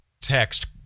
text